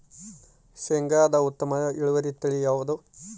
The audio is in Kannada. ಶೇಂಗಾದ ಉತ್ತಮ ಇಳುವರಿ ತಳಿ ಯಾವುದು?